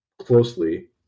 closely